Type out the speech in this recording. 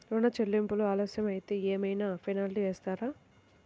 ఋణ చెల్లింపులు ఆలస్యం అయితే ఏమైన పెనాల్టీ వేస్తారా?